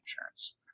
insurance